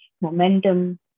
momentum